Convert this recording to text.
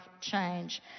change